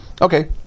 Okay